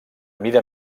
mida